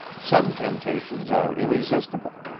some temptations are irresistible.